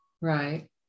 Right